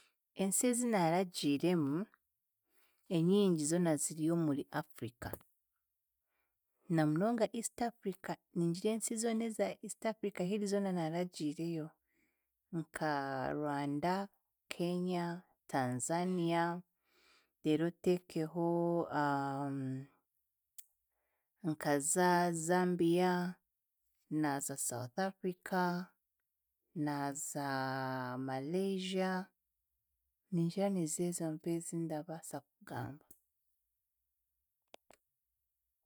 Ensi ezi naaragiiremu, enyingi zoona ziri omuri Africa, na munonga East Africa. Ningira ensi zoona eza East Africa hiri zoona naaragiireyo nka Rwanda, Kenya, Tanzania, reero oteekeho nkaza Zambia, naaza South Africa, naaza Maresia, ningira nizezo mpaho ezi ndabaasa kugamba.